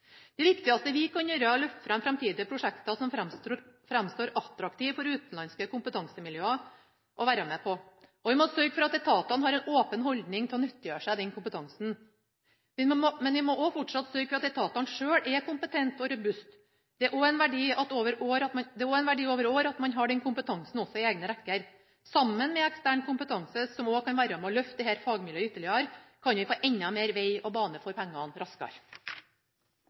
Det viktigste vi kan gjøre, er å løfte fram framtidige prosjekter som framstår attraktive for utenlandske kompetansemiljøer å være med på, og vi må sørge for at etatene har en åpen holdning til å nyttiggjøre seg den kompetansen. Men vi må fortsatt sørge for at etatene sjøl er kompetente og robuste. Det er også en verdi over år at man har den kompetansen også i egne rekker. Sammen med ekstern kompetanse, som kan være med på løfte dette fagmiljøet ytterligere, kan vi raskere få enda mer vei og bane for pengene.